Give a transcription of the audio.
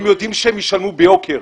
הם יודעים שהם ישלמו ביוקר.